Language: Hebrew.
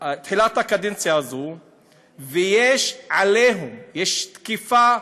תחילת הקדנציה הזאת יש עליהום, יש תקיפה,